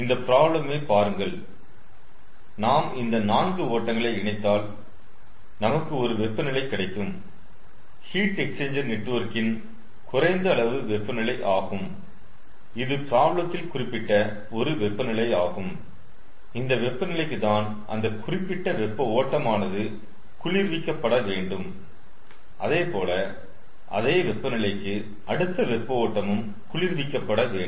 இந்த ப்ராப்ளமை பாருங்கள் நாம் இந்த நான்கு ஓட்டங்களை இணைத்தால் நமக்கு ஒரு வெப்ப நிலை கிடைக்கும் ஹீட் எக்ஸ்சேஞ்சர் நெட்வொர்க்கின் குறைந்த அளவு வெப்பநிலை ஆகும் இது ப்ராப்ளத்தில் குறிப்பிட்ட ஒரு வெப்ப நிலையாகும் இந்த வெப்ப நிலைக்கு தான் அந்த குறிப்பிட்ட வெப்ப ஓட்டமானது குளிர்விக்க பட வேண்டும் அதேபோல அதை வெப்பநிலைக்கு அடுத்த வெப்ப ஓட்டமும் குளிர்விக்க பட வேண்டும்